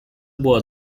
było